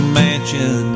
mansion